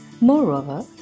Moreover